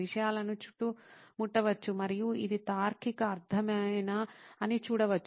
విషయాలను చుట్టుముట్టవచ్చు మరియు ఇది తార్కిక అర్ధమేనా అని చూడవచ్చు